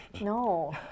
No